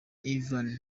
ivan